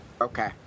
Okay